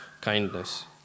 kindness